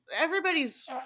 everybody's